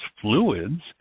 fluids